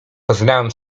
poznałem